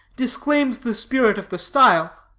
disclaims the spirit of the style.